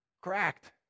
cracked